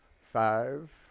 Five